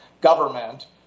government